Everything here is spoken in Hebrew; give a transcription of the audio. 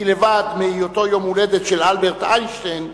כי לבד מהיותו יום הולדת של אלברט איינשטיין,